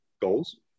goals